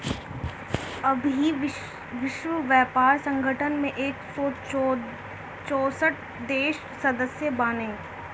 अबही विश्व व्यापार संगठन में एक सौ चौसठ देस सदस्य बाने